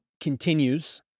continues